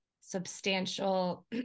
substantial